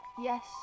Yes